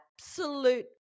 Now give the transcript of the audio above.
absolute